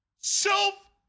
Self